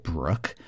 Brooke